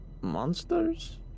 monsters